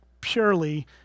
purely